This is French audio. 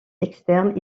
externes